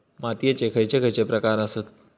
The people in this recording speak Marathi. मातीयेचे खैचे खैचे प्रकार आसत?